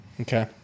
Okay